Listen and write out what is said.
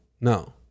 no